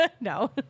No